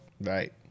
right